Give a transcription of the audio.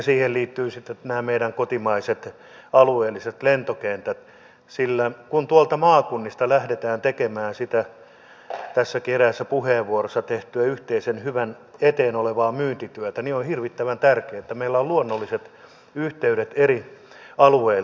siihen liittyvät sitten nämä meidän kotimaiset alueelliset lentokentät sillä kun tuolta maakunnista lähdetään tekemään sitä tässäkin eräässä puheenvuorossa mainittua yhteisen hyvän eteen olevaa myyntityötä niin on hirvittävän tärkeää että meillä on luonnolliset yhteydet eri alueilta